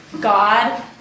God